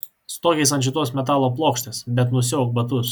stokis ant šitos metalo plokštės bet nusiauk batus